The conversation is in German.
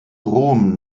rom